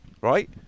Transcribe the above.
Right